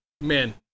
man